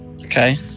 Okay